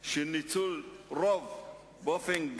יש ביקורת, והביקורת היא במקומה, ומובן שעל